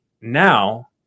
now